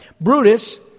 Brutus